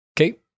okay